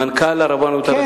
מנכ"ל הרבנות הראשית.